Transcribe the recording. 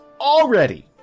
already